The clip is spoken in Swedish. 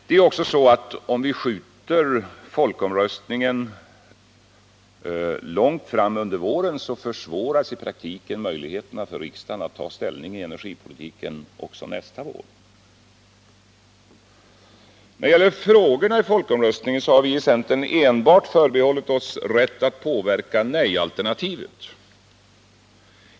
Det är också så att om vi skjuter folkomröstningen till långt fram under våren, försvåras i praktiken möjligheterna för riksdagen att ta ställning i energipolitiken också nästa vår. När det gäller frågorna i folkomröstningen har vi i centern enbart förbehållit oss rätt att påverka nejalternativet.